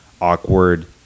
awkward